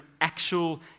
actual